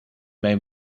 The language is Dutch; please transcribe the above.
mee